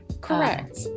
Correct